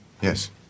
Yes